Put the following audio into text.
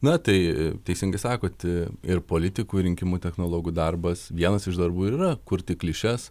na tai teisingai sakot ir politikų rinkimų technologų darbas vienas iš darbų ir yra kurti klišes